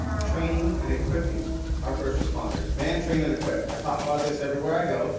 training, and equipping our first responders man, train and equip. i talk about this everywhere i go.